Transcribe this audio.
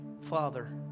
Father